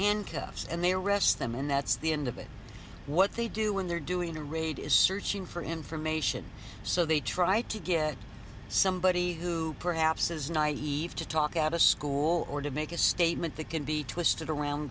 handcuffs and they arrest them and that's the end of it what they do when they're doing a raid is searching for information so they try to get somebody who perhaps is naive to talk out of school or to make a statement that can be twisted around